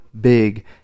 big